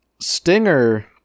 Stinger